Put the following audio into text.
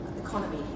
economy